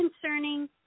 concerning